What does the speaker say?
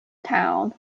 town